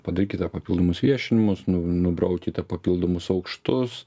padarykite papildomus viešinimus nu nubraukite papildomus aukštus